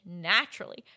naturally